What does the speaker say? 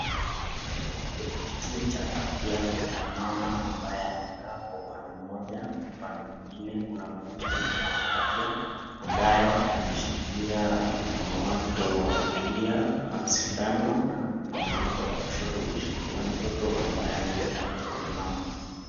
Kwenye kituo cha afya kuna mama ambaye amekaa kwa upande mmoja na upande mwingine kuna mhudumu wa afya ambaye ameshikilia mkono wake wa kulia sindano na mkono wa kushoto umeshikilia mtoto ambaye ameletwa na huyo mama.